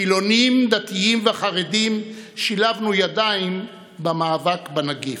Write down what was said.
חילונים, דתיים וחרדים, שילבנו ידיים במאבק בנגיף.